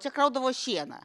čia kraudavo šieną